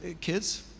kids